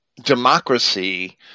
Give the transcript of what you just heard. democracy